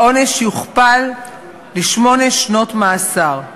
העונש יוכפל לשמונה שנות מאסר.